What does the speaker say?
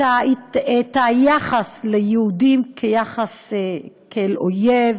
יחס ליהודים כאל אויב,